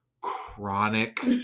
chronic